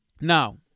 Now